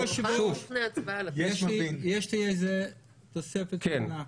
אדוני היושב-ראש, יש לי איזה תוספת קטנה.